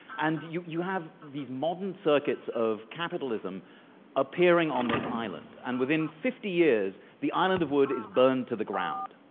and you you have the modern circuits of capitalism appearing on this island. and within fifty years the island of wood is burned to the ground.